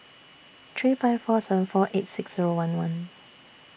three five four seven four eight six Zero one one